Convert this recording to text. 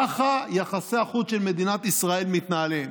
ככה יחסי החוץ של מדינת ישראל מתנהלים.